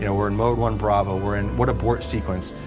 you know, we're in mode one bravo were in what abort sequence.